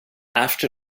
after